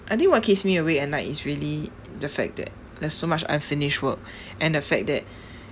I think what keeps me awake at night is really the fact that there's so much unfinished work and the fact that